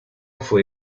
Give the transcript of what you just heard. fue